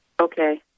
Okay